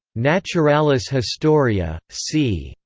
naturalis historia. c.